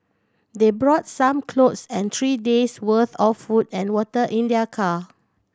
they brought some clothes and three days' worth of food and water in their car